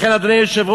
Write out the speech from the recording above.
לכן, אדוני היושב-ראש,